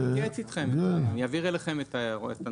אני אעביר לכם את הנוסח.